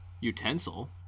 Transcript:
utensil